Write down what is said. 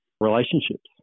relationships